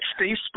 Facebook